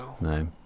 No